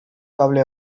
kable